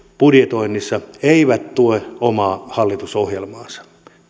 budjetoinnissa eivät tue omaa hallitusohjelmaansa